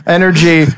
energy